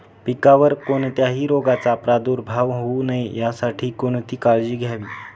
पिकावर कोणत्याही रोगाचा प्रादुर्भाव होऊ नये यासाठी कोणती काळजी घ्यावी?